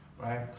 right